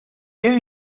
qué